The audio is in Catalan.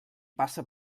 passa